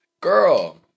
girl